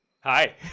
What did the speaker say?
Hi